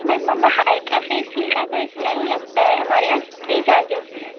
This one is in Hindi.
मैम अब हाइड्रो फैशल का तो इतना ही लगता है हमारे यहाँ इतने ही चार्जस हैं